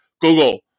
Google